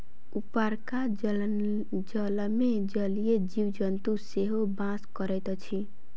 उपरका जलमे जलीय जीव जन्तु सेहो बास करैत अछि